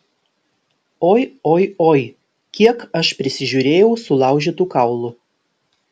oi oi oi kiek aš prisižiūrėjau sulaužytų kaulų